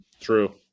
True